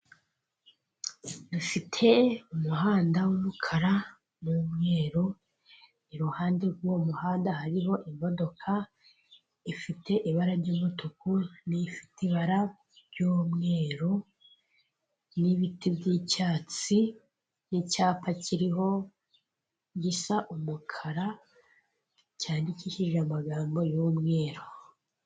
Dufite umuhanda w'umukara n'umweru, iruhande rw'uwo muhanda hariho imodoka ifite ibara ry'umutuku n'ifite ibara ry'umweru n'ibiti by'icyatsi n'icyapa kiriho gisa umukara, cyandikishije amagambo y'umweru.